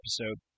episode